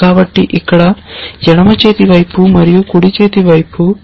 కాబట్టి ఇక్కడ ఎడమ చేతి వైపు మరియు కుడి వైపు ఇక్కడ